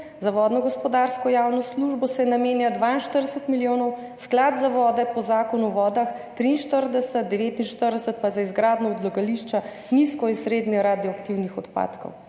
za vodno gospodarsko javno službo se namenja 42 milijonov, Skladu za vode po Zakonu o vodah 43 milijonov, 49 milijonov pa za izgradnjo odlagališča nizko- in srednjeradioaktivnih odpadkov.